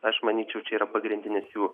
aš manyčiau čia yra pagrindinis jų